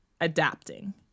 adapting